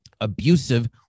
abusive